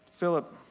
Philip